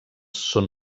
són